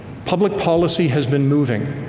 public policy has been moving,